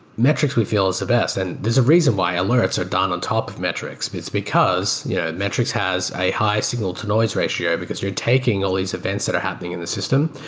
metrics we feel is the best. and there's a reason why alerts are done on top of metrics, but it's because yeah metrics has a high signal-to-noise ratio, because you're taking all these events that are happening in the system,